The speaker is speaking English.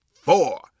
four